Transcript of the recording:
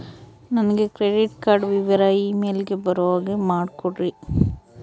ನನಗೆ credit card ವಿವರ email ಗೆ ಬರೋ ಹಾಗೆ ಮಾಡಿಕೊಡ್ರಿ?